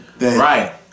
Right